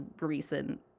recent